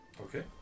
Okay